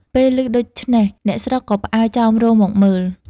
ពេលឮដូច្នេះអ្នកស្រុកក៏ផ្អើលចោមរោមមកមើល។